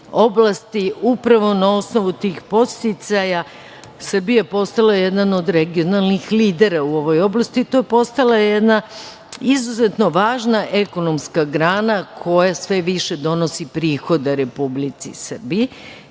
oblasti. Upravo na osnovu tih podsticaja Srbija je postala jedna od regionalnih lidera u ovoj oblasti. To je postala jedna izuzetno važna ekonomska grana koja sve više donosi prihoda Republici Srbiji.